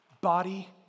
body